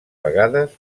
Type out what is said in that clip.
vegades